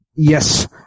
Yes